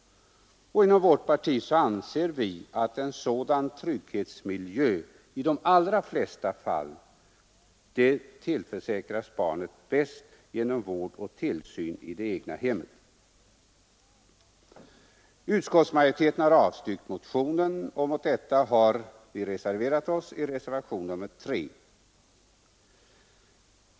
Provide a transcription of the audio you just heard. Och inom vårt parti anser vi att en sådan trygghetsmiljö i de allra flesta fall bäst tillförsäkras barnen genom vård och tillsyn i det egna hemmet. Utskottsmajoriteten har avstyrkt det i motionen framförda kravet. Herr Nordgren och jag har i reservationen 3 hemställt om bifall till motionsyrkandet på denna punkt.